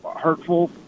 hurtful